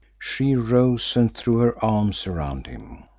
she rose and threw her arms around him.